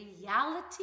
reality